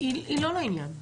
היא לא לעניין,